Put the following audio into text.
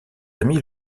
amis